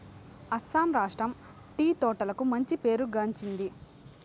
అస్సాం రాష్ట్రం టీ తోటలకు మంచి పేరు గాంచింది